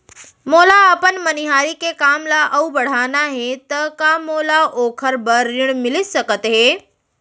मोला अपन मनिहारी के काम ला अऊ बढ़ाना हे त का मोला ओखर बर ऋण मिलिस सकत हे?